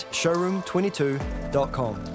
showroom22.com